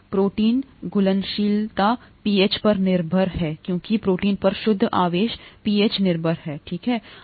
protein घुलनशीलता pH पर निर्भर है क्योंकि प्रोटीन पर शुद्ध आवेश pH निर्भर है है ना